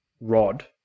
rod